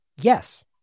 yes